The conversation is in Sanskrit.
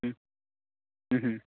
ह्म् ह्म् ह्म्